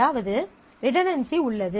அதாவது ரிடன்டன்சி உள்ளது